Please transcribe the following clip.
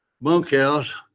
bunkhouse